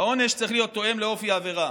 העונש צריך להיות תואם את אופי העבירה.